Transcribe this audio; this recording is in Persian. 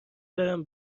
برم